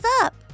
up